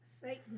Satan